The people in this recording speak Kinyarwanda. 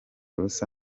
rusa